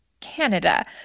Canada